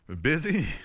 Busy